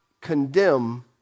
condemn